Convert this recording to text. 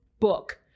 book